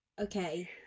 Okay